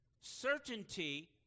certainty